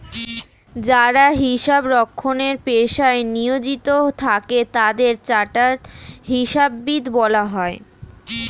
যারা হিসাব রক্ষণের পেশায় নিয়োজিত থাকে তাদের চার্টার্ড হিসাববিদ বলা হয়